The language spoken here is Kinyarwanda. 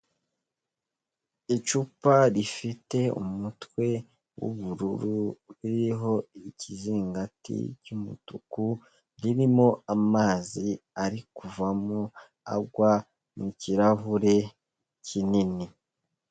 Icupa rifite umutwe w'ubururu uriho ikizingati cy'umutuku, ririmo amazi ari kuvamo agwa mu kirahure kinini.